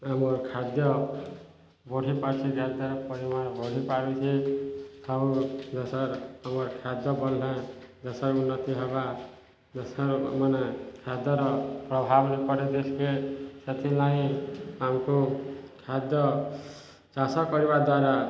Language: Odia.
ଆମର ଖାଦ୍ୟ ବଢ଼ିପାରୁଛି ଯାହାଦ୍ୱାରା ପରିମାଣ ବଢ଼ି ପାରୁଛେ ଆଉ ଦେଶର ଆମ ଖାଦ୍ୟ ବଢ଼ିଲେ ଦେଶର ଉନ୍ନତି ହେବା ଦେଶର ମାନେ ଖାଦ୍ୟର ପ୍ରଭାବ ବି ପଡ଼େ ଦେଶକେ ସେଥିଗାଇଁ ଆମକୁ ଖାଦ୍ୟ ଚାଷ କରିବା ଦ୍ୱାରା